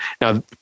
Now